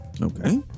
Okay